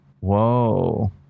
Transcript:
Whoa